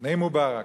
לפני מובארק,